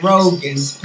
Rogans